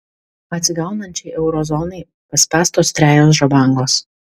atsigaunančiai euro zonai paspęstos trejos žabangos